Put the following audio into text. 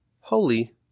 holy